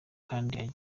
kandi